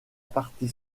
partie